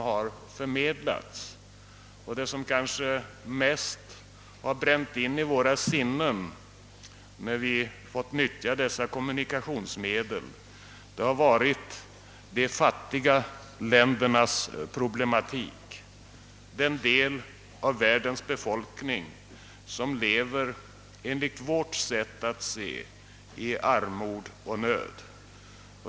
Vad som mest bränts in i våra sinnen, när vi nyttjat de nya kommunikationsmedlen, har väl varit de fattiga ländernas problematik —- problemen för den del av världens befolkning som enligt vårt sätt att se lever i armod och nöd.